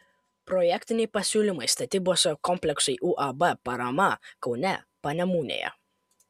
projektiniai pasiūlymai statybos kompleksui uab parama kaune panemunėje